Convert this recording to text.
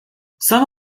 some